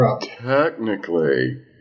Technically